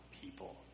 people